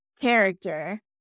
character